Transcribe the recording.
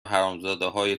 حرامزادههای